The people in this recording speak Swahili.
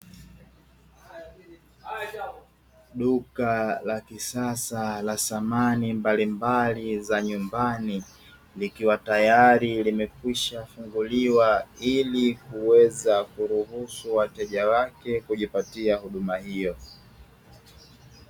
Duka la kisasa la samani mbalimbali za nyumbani, likiwa tayari limekwishafunguliwa ili kuweza kuruhusu wateja wake kujipatia huduma hiyo.